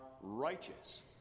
righteous